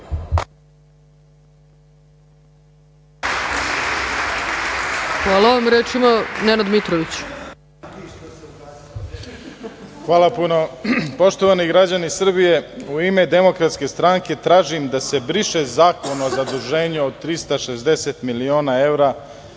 Nenad Mitrović. **Nenad Mitrović** Hvala puno. Poštovani građani Srbije, u ime Demokratske stranke tražim da se briše Zakon o zaduženju od 360 miliona evra